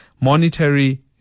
monetary